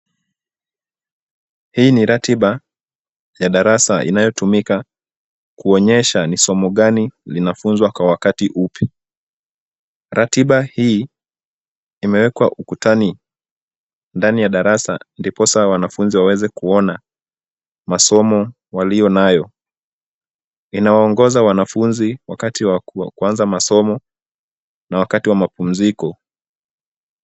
Hii ni ratiba ya darasa inayotumika kuonyesha ni somo gani linafunzwa kwa wakati upi. Ratiba hii imewekwa ukutani ndani ya darasa ndiposa wanafunzi waweze kuona masomo walionayo. Inawaongoza wanafunzi wakati wa kuanza masomo na wakati wa mapumziko.